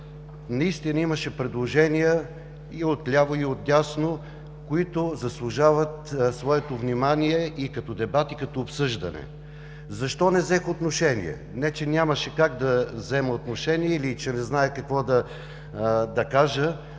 дебат. Имаше предложения и от ляво, и от дясно, които заслужават своето внимание като дебат, като обсъждане. Защо не взех отношение? Не че нямаше как да взема отношение или че не зная какво да кажа,